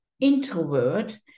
introvert